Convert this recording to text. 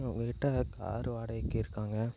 உங்கக்கிட்ட கார் வாடகைக்கு இருக்காங்க